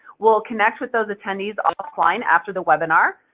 we'll connect with those attendees offline after the webinar.